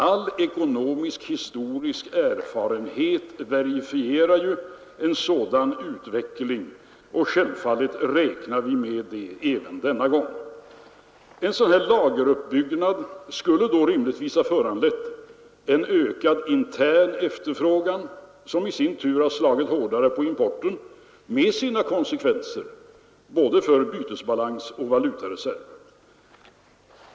All ekonomisk-historisk erfarenhet verifierar ju en sådan utveckling, och självfallet räknade vi med det även denna gång. En sådan här lageruppbyggnad skulle då rimligtvis ha föranlett en ökad intern efterfrågan, som i sin tur slagit hårdare på importen med konsekvenser för både bytesbalans och valutareserv.